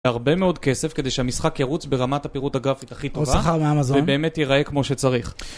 הרבה מאוד כסף כדי שהמשחק ירוץ ברמת הפירוט הגרפית הכי טובה ובאמת ייראה כמו שצריך